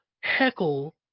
heckle